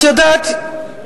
את יודעת,